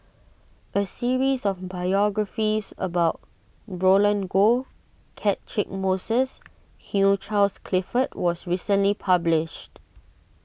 a series of biographies about Roland Goh Catchick Moses and Hugh Charles Clifford was recently published